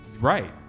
Right